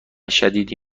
شدیدی